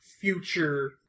future